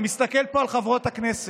אני מסתכל פה על חברות הכנסת.